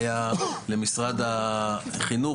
היה למשרד החינוך,